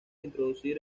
introducir